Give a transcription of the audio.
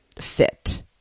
fit